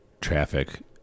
traffic